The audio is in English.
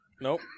nope